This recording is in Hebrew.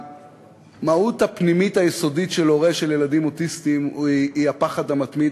המהות הפנימית היסודית של הורים של ילדים אוטיסטים היא הפחד המתמיד,